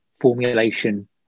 formulation